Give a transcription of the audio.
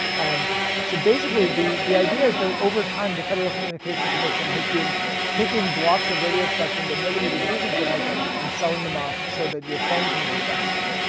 and so basically the the idea is that over time the federal communication commission has been taking blocks of radio spectrum that nobody was using for anything and selling them off so that your phone can work faster.